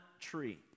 tree